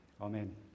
Amen